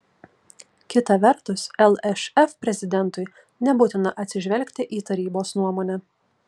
kita vertus lšf prezidentui nebūtina atsižvelgti į tarybos nuomonę